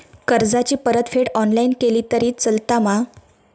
कर्जाची परतफेड ऑनलाइन केली तरी चलता मा?